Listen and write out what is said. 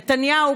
נתניהו,